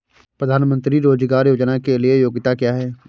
प्रधानमंत्री रोज़गार योजना के लिए योग्यता क्या है?